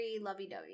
lovey-dovey